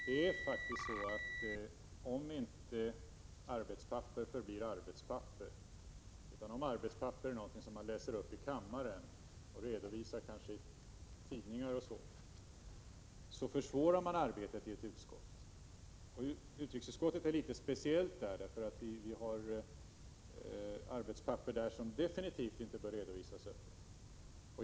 Herr talman! Om inte arbetspapper förblir arbetspapper utan är någonting som man läser upp i kammaren och kanske redovisar i tidningar m.m. försvårar det arbetet i ett utskott. Utrikesutskottet är litet speciellt därför att vi där har arbetspapper som absolut inte bör redovisas öppet.